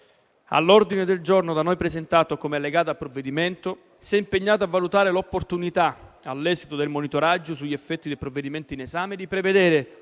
all'ordine del giorno da noi presentato come allegato al provvedimento, si è impegnato a valutare l'opportunità, all'esito del monitoraggio sugli effetti dei provvedimenti in esame, di prevedere